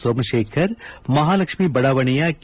ಸೋಮಶೇಖರ್ ಮಹಾಲಕ್ಷ್ಮೀ ಬಡಾವಣೆಯ ಕೆ